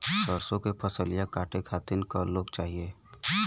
सरसो के फसलिया कांटे खातिन क लोग चाहिए?